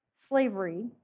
slavery